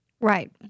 Right